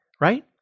right